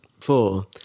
Four